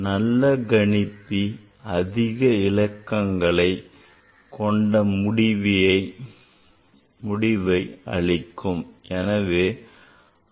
நல்ல கணிப்பி அதிக இலக்கங்களை கொண்ட முடிவை அளிக்கும்